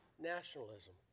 nationalism